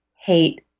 hate